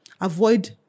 avoid